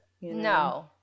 No